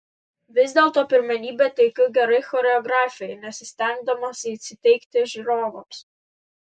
vis dėlto pirmenybę teikiu gerai choreografijai nesistengdamas įsiteikti žiūrovams